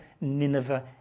Nineveh